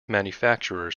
manufacturers